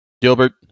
Gilbert